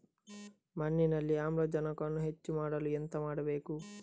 ಮಣ್ಣಿನಲ್ಲಿ ಆಮ್ಲಜನಕವನ್ನು ಹೆಚ್ಚು ಮಾಡಲು ಎಂತ ಮಾಡಬೇಕು?